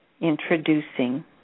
introducing